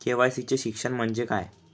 KYC चे शिक्षण म्हणजे काय?